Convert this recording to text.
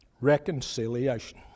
reconciliation